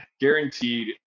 guaranteed